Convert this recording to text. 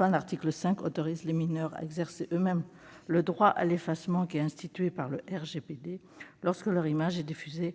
L'article 5 autorise les mineurs à exercer eux-mêmes le droit à l'effacement des données institué par le règlement général